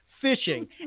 fishing